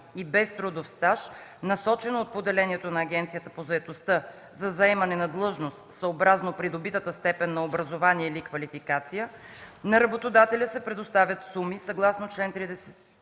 и без трудов стаж, насочено от поделението на Агенцията по заетостта за заемане на длъжност съобразно придобитата степен на образование или квалификация, на работодателя се предоставят суми съгласно чл. 30а,